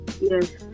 Yes